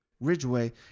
Ridgeway